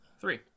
three